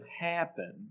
happen